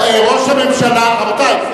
רבותי.